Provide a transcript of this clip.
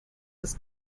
das